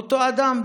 אותו אדם,